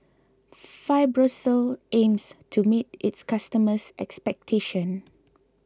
Fibrosol aims to meet its customers' expectation